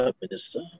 Minister